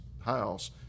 house